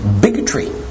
bigotry